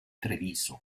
treviso